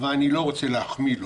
ואני לא רוצה להחמיא לו,